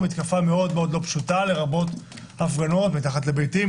לרבות הפגנות מתחת לביתי,